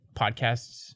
podcasts